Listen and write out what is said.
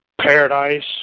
Paradise